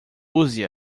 use